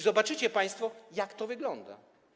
Zobaczycie państwo, jak to wygląda.